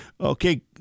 okay